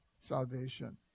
salvation